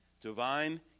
Divine